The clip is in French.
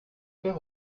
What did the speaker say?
faire